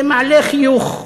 זה מעלה חיוך,